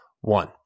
one